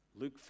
Luke